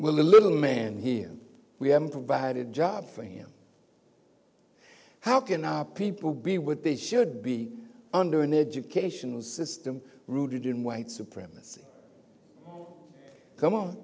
well the little man here we haven't provided job for him how can our people be what they should be under an educational system rooted in white supremacy come on